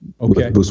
Okay